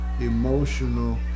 emotional